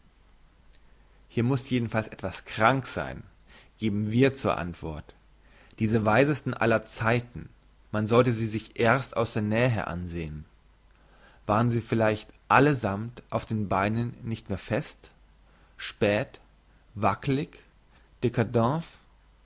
hier muss jedenfalls etwas krank sein geben wir zur antwort diese weisesten aller zeiten man sollte sie sich erst aus der nähe ansehn waren sie vielleicht allesammt auf den beinen nicht mehr fest spät wackelig